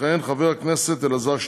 יכהן חבר הכנסת אלעזר שטרן.